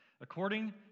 according